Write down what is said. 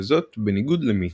וזאת בניגוד למיץ.